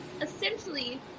essentially